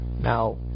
Now